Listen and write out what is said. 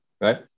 right